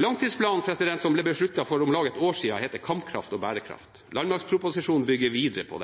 Langtidsplanen som ble besluttet for om lag ett år siden, heter «Kampkraft og bærekraft». Landmaktproposisjonen bygger videre på